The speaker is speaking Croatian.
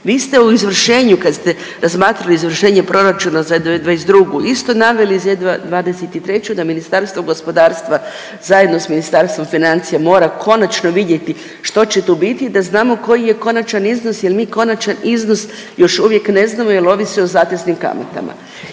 vi ste u izvršenju, kad ste razmatrali izvršenje proračuna za 2022. isto naveli i za 2023. da Ministarstvo gospodarstva zajedno s Ministarstvom financija mora konačno vidjeti što će tu biti da znamo koji je konačan iznos jel mi konačan iznos još uvijek ne znamo jel ovisi o zateznim kamatama.